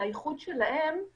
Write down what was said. כאשר פונים אלינו